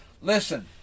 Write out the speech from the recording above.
Listen